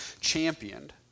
championed